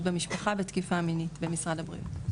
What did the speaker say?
במשפחה ותקפיה מינית במשרד הבריאות.